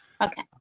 Okay